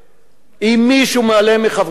מחברי הכנסת,